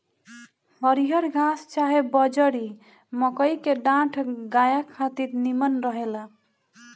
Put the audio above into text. हरिहर घास चाहे बजड़ी, मकई के डांठ गाया खातिर निमन रहेला